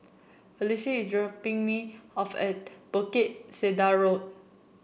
Felicity is dropping me off at Bukit Sedap Road